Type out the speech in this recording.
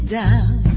down